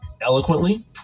eloquently